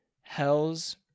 Hell's